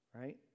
right